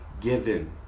given